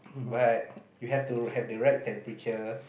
but you have to have the right temperature